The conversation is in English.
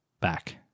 back